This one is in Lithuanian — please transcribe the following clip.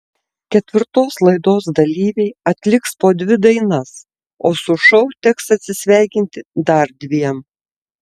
ketvirtos laidos dalyviai atliks po dvi dainas o su šou teks atsisveikinti dar dviem